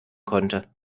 konnte